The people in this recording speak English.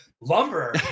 lumber